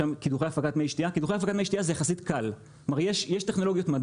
שם קידוחי הפקת מי שתייה קידוחי הפקת שתייה זה יחסית קל.